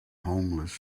homeless